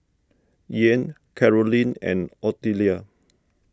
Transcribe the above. Ian Carolynn and Ottilia